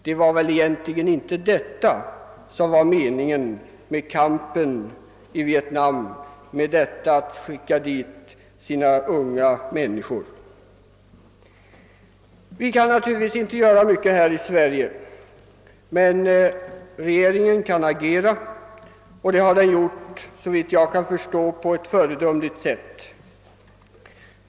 Det är väl inte detta som var meningen med kampen i Vietnam och med att USA skickar dit sina unga män. Vi kan naturligtvis inte göra mycket åt saken här i Sverige. Men regeringen kan agera, och det har den gjort på ett såvitt jag förstår föredömligt sätt.